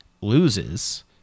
loses